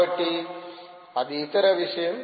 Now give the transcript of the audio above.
కాబట్టి అది ఇతర విషయం